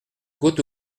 côte